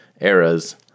eras